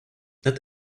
not